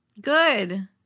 good